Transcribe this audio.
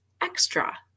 extra